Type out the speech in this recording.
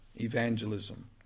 evangelism